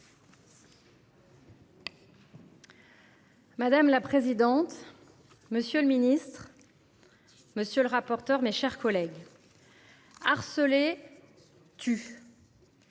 Madame la présidente. Monsieur le Ministre. Monsieur le rapporteur. Mes chers collègues. Harcelé. Tu.